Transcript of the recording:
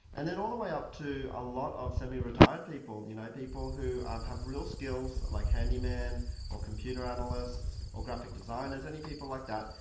and then all the way up to a lot of semi-retired people, you know people who um have real skills, like handymen or computer analysts or graphic designers, any people like that,